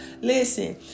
Listen